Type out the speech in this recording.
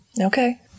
Okay